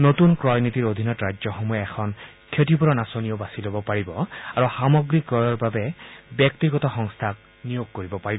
নতুন ক্ৰয় নীতিৰ অধীনত ৰাজ্যসমূহে এখন ক্ষতিপুৰণ আঁচনি বাছি ল'ব পাৰিব আৰু সামগ্ৰী ক্ৰয়ৰ বাবে ব্যক্তিগত সংস্থাক নিয়োগ কৰিব পাৰিব